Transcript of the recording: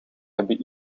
hebben